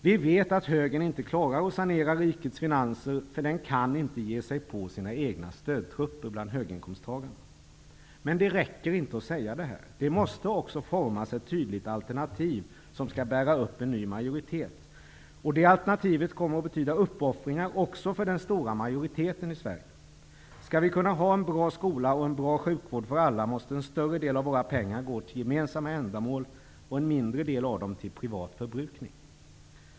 Vi vet att högern inte klarar att sanera rikets finanser, eftersom den inte kan ge sig på sina egna stödtrupper bland höginkomsttagarna. Men det räcker inte att säga det. Vi måste också forma ett tydligt alternativ som skall bära upp en ny majoritet. Det alternativet kommer att betyda uppoffringar också för den stora majoriteten i Sverige. Skall vi kunna ha en bra skola och en bra sjukvård för alla måste en större del av våra pengar gå till gemensamma ändamål och en mindre del av dem till privat förbrukning.